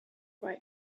right